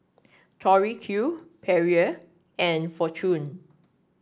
Tori Q Perrier and Fortune